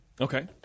Okay